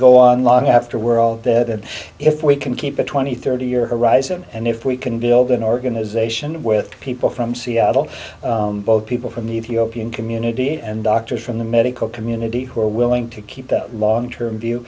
go on long after we're all dead and if we can keep a twenty thirty year horizon and if we can build an organization with people from seattle people from the ethiopian community and doctors from the medical community who are willing to keep that long term view